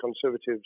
Conservatives